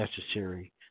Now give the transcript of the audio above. necessary